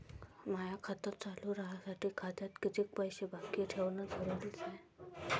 माय खातं चालू राहासाठी खात्यात कितीक पैसे बाकी ठेवणं जरुरीच हाय?